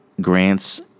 grants